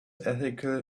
ethical